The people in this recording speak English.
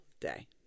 day